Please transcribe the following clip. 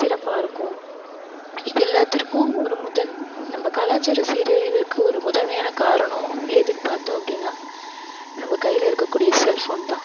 சிறப்பாக இருக்கும் இது எல்லாத்திற்கும் ஒரு முதன் நம்ப கலாச்சார சீரழிவிற்கு ஒரு முதன்மையான காரணம் எதுன்னு பார்த்தோம் அப்படின்னா நம்ப கையில் இருக்கக்கூடிய செல்ஃபோன் தான்